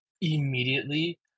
immediately